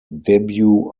debut